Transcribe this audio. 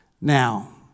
now